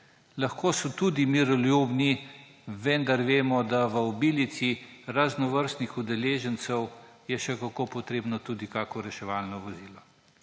Lahko so tudi miroljubni, vendar vemo, da v obilici raznovrstnih udeležencev je še kako potrebno tudi kako reševalno vozilo.